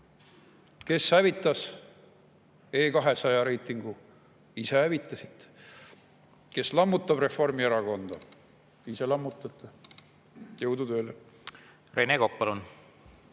Kes hävitas E200 reitingu? Ise hävitasite. Kes lammutab Reformierakonda? Ise lammutate. Jõudu tööle!